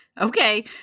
okay